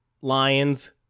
Lions